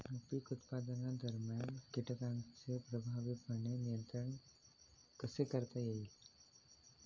पीक उत्पादनादरम्यान कीटकांचे प्रभावीपणे नियंत्रण कसे करता येईल?